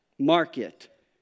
Market